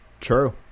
True